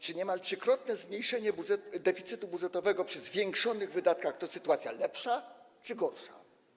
Czy niemal trzykrotne zmniejszenie deficytu budżetowego przy zwiększonych wydatkach to sytuacja lepsza czy gorsza?